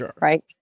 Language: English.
right